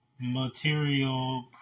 material